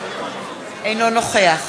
אינו נוכח